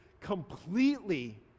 completely